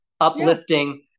uplifting